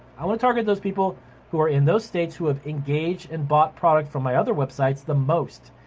i wanna target those people who are in those states who have engaged and bought product from my other websites the most.